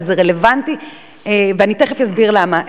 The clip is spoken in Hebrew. אבל זה רלוונטי ואני תיכף אסביר למה,